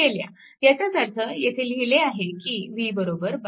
ह्याचाच अर्थ येथे लिहिले आहे की v 12V